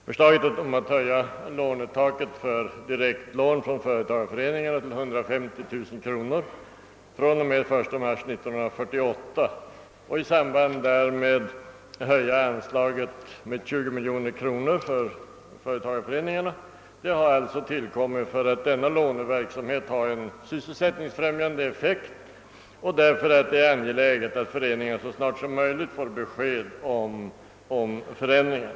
Förslaget om att höja lånetaket för direktlån från företagareföreningarna till 150 000 kronor fr.o.m. 1 mars 1968 och att i samband därmed höja anslaget till företagareföreningarnas låneverksamhet med 20 miljoner kronor har alltså tillkommit därför ati denna låneverksamhet har en sysselsättningsfrämjande effekt och därför att det är angeläget att föreningarna så snart som möjligt får besked om förändringen.